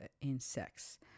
Insects